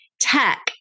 tech